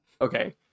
okay